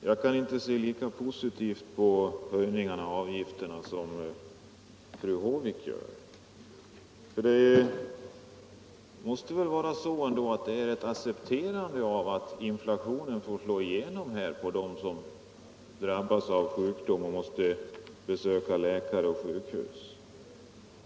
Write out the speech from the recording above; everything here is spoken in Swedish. Herr talman! Jag kan inte se lika positivt på höjningarna av avgifterna som fru Håvik gör. De måste väl ändå vara ett accepterande av att inflationen får slå igenom för dem som drabbas av sjukdom och tvingas besöka läkare och sjukhus?